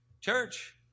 Church